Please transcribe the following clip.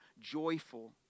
joyful